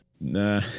Nah